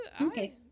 Okay